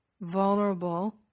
vulnerable